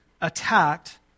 attacked